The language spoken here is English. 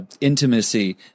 intimacy